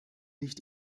nicht